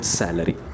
salary